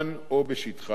או בשטחה של אירן.